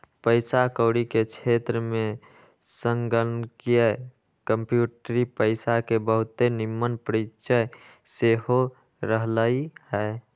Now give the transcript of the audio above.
पइसा कौरी के क्षेत्र में संगणकीय कंप्यूटरी पइसा के बहुते निम्मन परिचय सेहो रहलइ ह